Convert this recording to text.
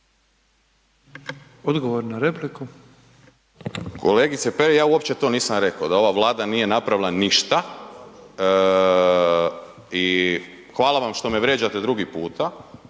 (SDP)** Kolegice Perić, ja uopće to nisam reko, da ova Vlada nije napravila ništa i hvala vam što me vrijeđate drugi puta,